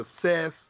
success